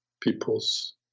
people's